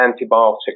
antibiotic